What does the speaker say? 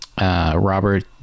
Robert